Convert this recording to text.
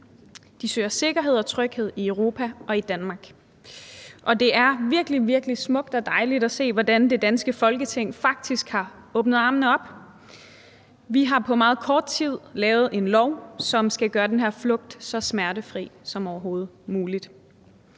De søger sikkerhed og tryghed i Europa og i Danmark, og det er virkelig, virkelig smukt og dejligt at se, hvordan det danske Folketing faktisk har åbnet armene. Vi har på meget kort tid lavet en lov, som skal gøre den her flugt så smertefri som overhovedet muligt.